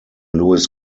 lewis